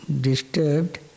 disturbed